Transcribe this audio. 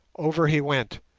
over he went,